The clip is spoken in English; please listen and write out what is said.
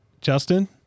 Justin